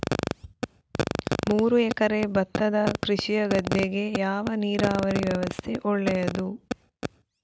ಮೂರು ಎಕರೆ ಭತ್ತದ ಕೃಷಿಯ ಗದ್ದೆಗೆ ಯಾವ ನೀರಾವರಿ ವ್ಯವಸ್ಥೆ ಒಳ್ಳೆಯದು?